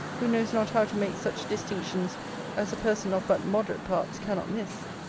who knows not how to make such distinctions as a person of but moderate parts cannot miss?